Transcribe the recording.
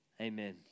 Amen